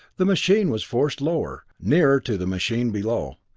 the machine was forced lower, nearer to the machine below.